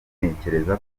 ntekereza